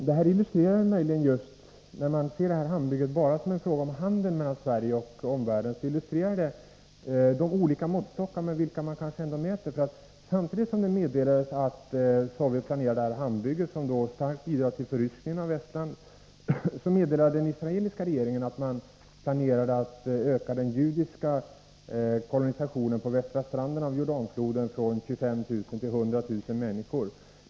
Herr talman! När man ser detta hamnbygge bara som en fråga om handel mellan Sverige och omvärlden illustrerar det de olika måttstockar med vilka man ändå mäter. Samtidigt som det meddelades att Sovjet planerade detta hamnbygge, som starkt bidrar till förryskningen av Estland, meddelade den israeliska regeringen att man planerade att öka den judiska kolonisationen på västra stranden av Jordanfloden från 25 000 till 100 000 människor.